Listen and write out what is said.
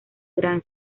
gran